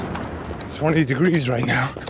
twenty degrees right now,